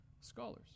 scholars